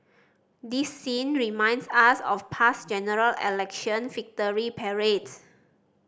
this scene reminds us of past General Election victory parades